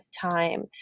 time